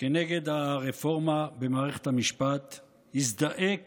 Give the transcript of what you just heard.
נגד הרפורמה במערכת המשפט הזדעק